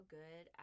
good